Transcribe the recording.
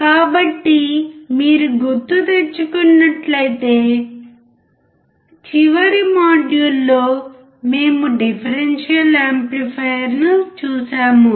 కాబట్టి మీరు గుర్తుతెచ్చుకున్నట్లు అయితే చివరి మాడ్యూల్లో మేము డిఫరెన్షియల్ యాంప్లిఫైయర్ను చూశాము